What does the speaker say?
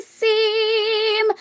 seem